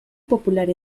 popular